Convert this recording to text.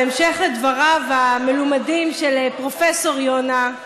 בהמשך לדבריו המלומדים של פרופ' יונה,